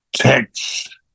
text